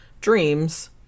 dreams